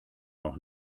noch